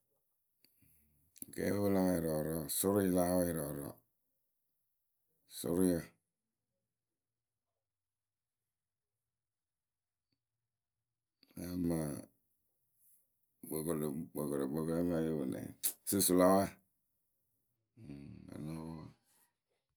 akɛɛpǝ we pǝ láa wɛɛ rɔɔrɔɔ sʊrʊi la wɛɛ rɔɔrɔɔ sʊrʊyǝ, susulawɛ